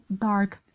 dark